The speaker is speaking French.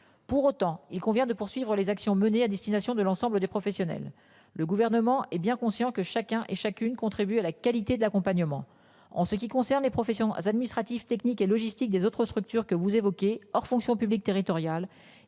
Pour autant, il convient de poursuivre les actions menées à destination de l'ensemble des professionnels. Le gouvernement est bien conscient que chacun et chacune, contribue à la qualité de l'accompagnement. En ce qui concerne les professions administratif, technique et logistique des autres structures que vous évoquez hors fonction publique territoriale,